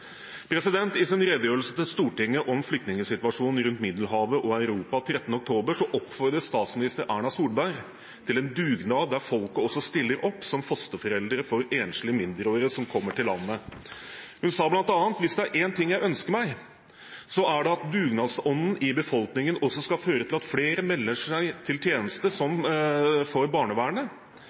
barn. I sin redegjørelse til Stortinget den 13. oktober om flyktningsituasjonen rundt Middelhavet og i Europa oppfordret statsminister Erna Solberg til en dugnad der folket også stiller opp som fosterforeldre for enslige mindreårige som kommer til landet. Hun sa bl.a.: «Hvis det er én ting jeg ønsker meg, så er det at dugnadsånden i befolkningen også skal føre til at flere mennesker melder seg til innsats for barnevernet.